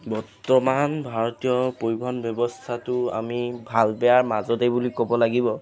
বৰ্তমান ভাৰতীয় পৰিবহণ ব্যৱস্থাটো আমি ভাল বেয়াৰ মাজতে বুলি ক'ব লাগিব